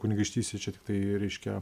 kunigaikštystė čia tiktai reiškia